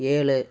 ஏழு